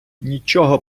нічого